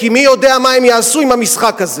כי מי יודע מה הם יעשו עם המשחק הזה.